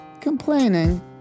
Complaining